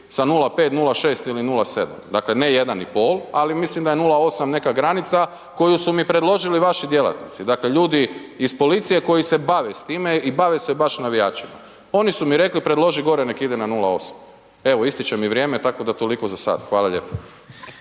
sa 0,5, 0,6 ili 0,7 dakle ne 1,5 ali mislim da je 0,8 neka granica koju su mi predložili vaši djelatnici. Dakle, ljudi iz policije koji se bave s time i bave se baš navijačima. Oni su mi rekli predloži gore nek ide na 0,8. Evo, ističe mi vrijeme tako da toliko za sada. Hvala lijepo.